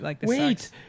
Wait